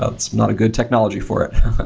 ah it's not a good technology for it.